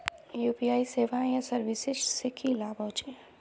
UPI सेवाएँ या services से की लाभ होचे?